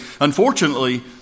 Unfortunately